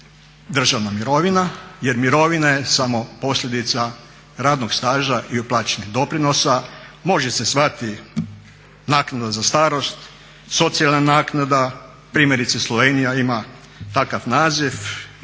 državna mirovna jer mirovna je samo posljedica radnog staža i uplaćenih doprinosa, može se zvati naknada za starost, socijalna naknada, primjerice Slovenija ima takav naziv,